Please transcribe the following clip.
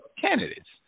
candidates